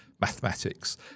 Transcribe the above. mathematics